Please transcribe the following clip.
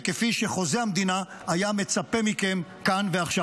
וכפי שחוזה המדינה היה מצפה מכם כאן ועכשיו.